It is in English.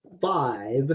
five